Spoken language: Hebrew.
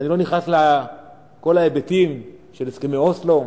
ואני לא נכנס לכל ההיבטים של הסכמי אוסלו,